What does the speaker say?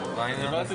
הוא אירגן להם מזרונים,